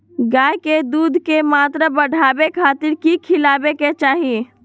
गाय में दूध के मात्रा बढ़ावे खातिर कि खिलावे के चाही?